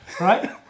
Right